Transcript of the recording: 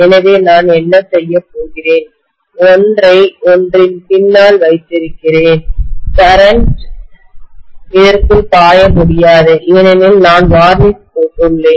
எனவே நான் என்ன செய்யப் போகிறேன் ஒன்றை ஒன்றின் பின்னால் வைத்திருக்கிறேன் கரண்ட்மின்னோட்டம் இதற்குள் பாய முடியாது ஏனெனில் நான் வார்னிஷ் போட்டுள்ளேன்